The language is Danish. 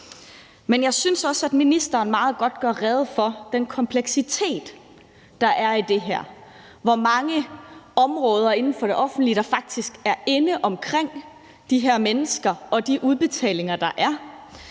Men jeg synes også, at ministeren meget godt gjorde rede for den kompleksitet, der er i det her, og hvor mange områder inden for det offentlige, der faktisk er inde omkring de her mennesker og de udbetalinger, der er,